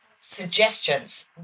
suggestions